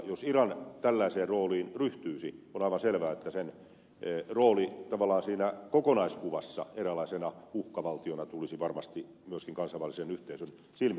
jos iran tällaiseen rooliin ryhtyisi on aivan selvää että sen rooli tavallaan siinä kokonaiskuvassa eräänlaisena uhkavaltiona tulisi varmasti myöskin kansainvälisen yhteisön silmissä uudelleenarviointiin